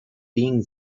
being